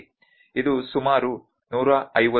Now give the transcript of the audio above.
ಇದು ಸುಮಾರು 150 ಮಿ